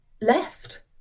left